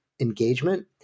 engagement